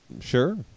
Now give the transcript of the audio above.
Sure